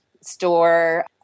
store